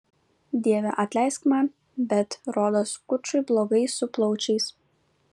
dieve atleisk man bet rodos kučui blogai su plaučiais